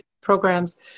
programs